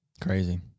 Crazy